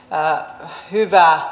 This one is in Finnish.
pää hyvää